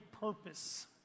purpose